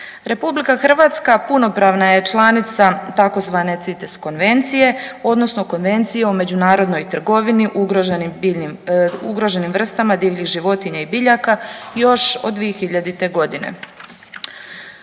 Republika Hrvatska punopravna je članica tzv. CITES konvencije, odnosno Konvencije o međunarodnoj trgovini ugroženim vrstama divljih životinja i biljaka još od 2000. godine.